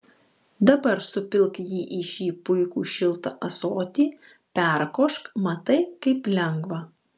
dabar supilk jį į šį puikų šiltą ąsotį perkošk matai kaip lengva